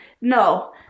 No